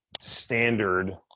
standard